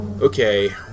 Okay